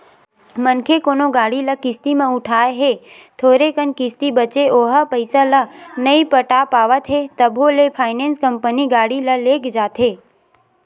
मनखे कोनो गाड़ी ल किस्ती म उठाय हे थोरे कन किस्ती बचें ओहा पइसा ल नइ पटा पावत हे तभो ले फायनेंस कंपनी गाड़ी ल लेग जाथे